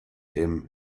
him